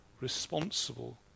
responsible